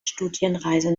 studienreise